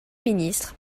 ministre